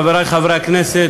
חברי חברי הכנסת,